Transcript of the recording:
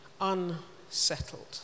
Unsettled